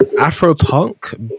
afro-punk